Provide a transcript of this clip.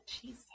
jesus